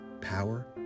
Power